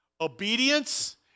Obedience